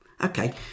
Okay